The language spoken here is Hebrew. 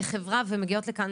כחברה מגיעות לכאן,